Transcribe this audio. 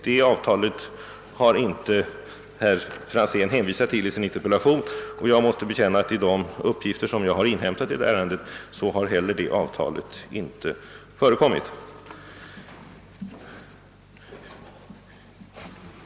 Det avtalet har herr Franzén inte omnämnt i sin interpellation, och jag måste bekänna att i de uppgifter som jag har inhämtat har detta avtal inte heller förekommit.